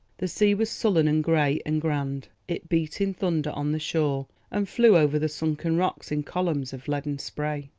the sea was sullen and grey and grand. it beat in thunder on the shore and flew over the sunken rocks in columns of leaden spray.